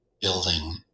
building